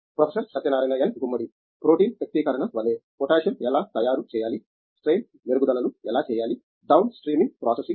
professor Satyanarayana N Gummadi protein వ్యక్తీకరణ వలె potassium ఎలా తయారు చేయాలి స్ట్రెయిన్ మెరుగుదలలు ఎలా చేయాలి డౌన్ స్ట్రీమింగ్ ప్రాసెసింగ్